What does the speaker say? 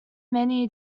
many